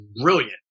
brilliant